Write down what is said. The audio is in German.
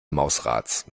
mausrads